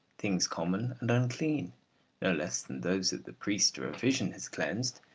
things common and unclean no less than those that the priest or a vision has cleansed,